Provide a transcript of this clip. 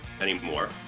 anymore